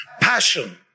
passion